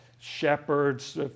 shepherds